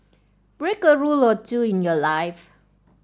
break a rule or two in your life